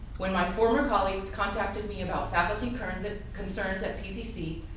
when my former colleagues contacted me about faculty concerns at concerns at pcc,